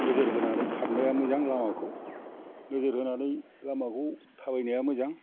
नोजोर होनानै खारनाया मोजां लामाखौ नोजोर होनानै लामाखौ थाबायनाया मोजां